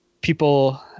people